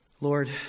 Lord